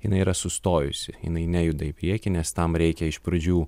jinai yra sustojusi jinai nejuda į priekį nes tam reikia iš pradžių